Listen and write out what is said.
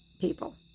people